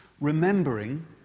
remembering